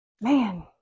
man